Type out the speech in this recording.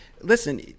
listen